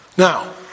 Now